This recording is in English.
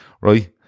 right